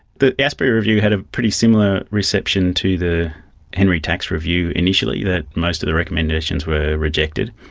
the asprey review had a pretty similar reception to the henry tax review initially, that most of the recommendations were rejected.